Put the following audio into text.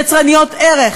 יצרניות ערך